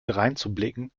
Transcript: dreinzublicken